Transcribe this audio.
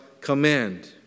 command